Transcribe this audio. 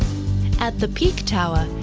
at the peak tower,